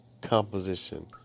composition